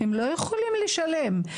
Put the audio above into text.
הם לא יכולים לשלם.